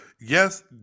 Yes